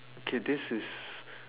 okay this is